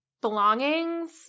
belongings